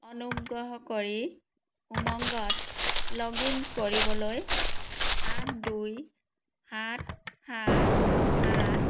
অনুগ্ৰহ কৰি উমংগত লগ ইন কৰিবলৈ আঠ দুই সাত সাত সাত